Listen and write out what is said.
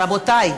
רבותי.